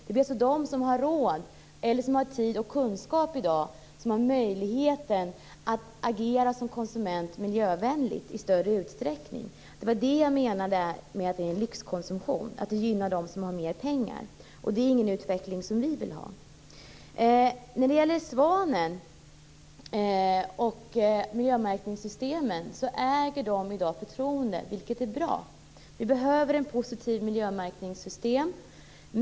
Det är alltså de som har råd eller som har tid och kunskap i dag som har möjlighet att i större utsträckning agera miljövänligt som konsumenter. Det var det jag menade med lyxkonsumtion, att det gynnar de som har mer pengar. Och det är ingen utveckling som vi vill ha. När det gäller svanen och andra miljömärkningssystem åtnjuter de i dag förtroende, vilket är bra. Vi behöver ett positivt miljömärkningssystem.